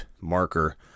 marker